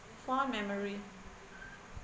fond memory